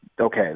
okay